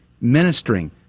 ministering